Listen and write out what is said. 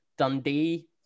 Dundee